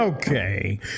Okay